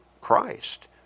Christ